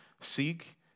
Seek